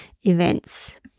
events